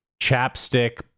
chapstick